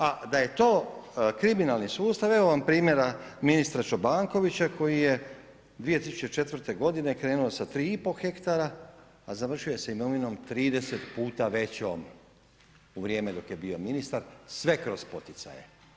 A da je to kriminalni sustav evo vam primjera ministra Čobankovića koji je 2004. godine krenuo sa 3 i pol hektara, a završio je sa imovinom 30 puta većom u vrijeme dok je bio ministar, sve kroz poticaje.